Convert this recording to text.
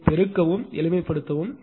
நீங்கள் பெருக்கவும் எளிமைப்படுத்தவும்